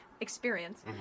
experience